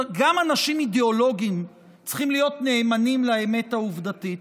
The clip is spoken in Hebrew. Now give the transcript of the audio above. גם אנשים אידיאולוגיים צריכים להיות נאמנים לאמת העובדתית,